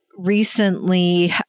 recently